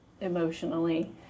emotionally